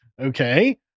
okay